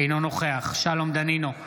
אינו נוכח שלום דנינו,